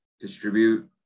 distribute